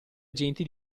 agenti